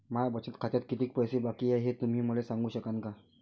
माया बचत खात्यात कितीक पैसे बाकी हाय, हे तुम्ही मले सांगू सकानं का?